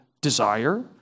desire